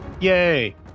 Yay